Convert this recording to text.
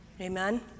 Amen